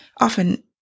Often